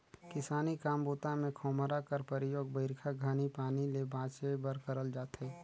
किसानी काम बूता मे खोम्हरा कर परियोग बरिखा घनी पानी ले बाचे बर करल जाथे